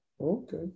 Okay